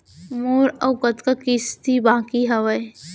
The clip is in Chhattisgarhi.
मोर अऊ कतका किसती बाकी हवय?